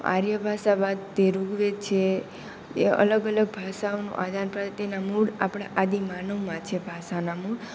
આર્ય ભાષા બાદ તે ઋગ્વેદ છે એ અલગ અલગ ભાષાઓનું આદાન તેના મૂળ આપણા આદિમાનવમાં છે ભાષાના મૂળ